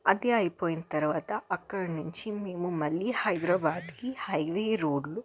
అది అయిపోయిన తర్వాత అక్కడ నుంచి మేము మళ్ళీ హైదరాబాద్కి హైవే రోడ్లో